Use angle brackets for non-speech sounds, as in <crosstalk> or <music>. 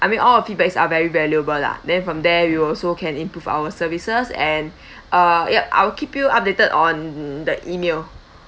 I mean all feedbacks are very valuable lah then from there we also can improve our services and <breath> uh yup I will keep you updated on the email